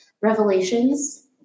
revelations